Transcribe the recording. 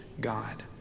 God